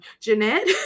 Jeanette